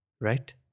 Right